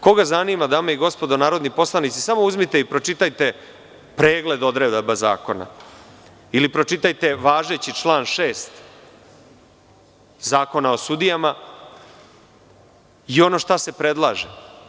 Koga zanima, dame i gospodo narodni poslanici, samo uzmite i pročitajte pregled odredaba zakona ili važeći član 6. Zakona o sudijama i ono šta se predlaže.